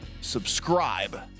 subscribe